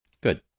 Good